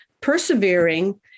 persevering